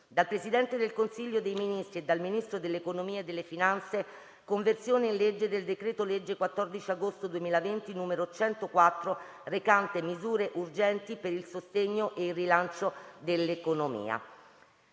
*dal Presidente del Consiglio dei ministri e dal Ministro dell'economia e delle finanze:* «Conversione in legge del decreto-legge 14 agosto 2020, n. 104, recante misure urgenti per il sostegno e il rilancio dell'economia»